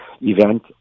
event